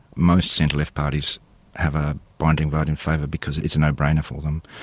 most centre left parties have a binding vote in favour because it is a no-brainer for them.